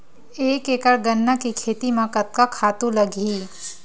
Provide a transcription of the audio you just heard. एक एकड़ गन्ना के खेती म कतका खातु लगही?